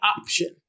option